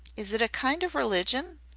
is it a kind of religion?